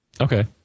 Okay